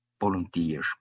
volunteer